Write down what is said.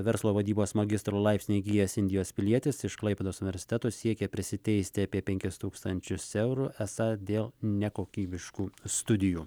verslo vadybos magistro laipsnį įgijęs indijos pilietis iš klaipėdos universiteto siekia prisiteisti apie penkis tūkstančius eurų esą dėl nekokybiškų studijų